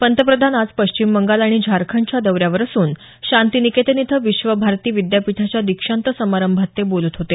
पंतप्रधान आज पश्चिम बंगाल आणि झारखंडच्या दौऱ्यावर असून शांतीनिकेतन इथं विश्वभारती विद्यापीठाच्या दीक्षांत समारंभात ते बोलत होते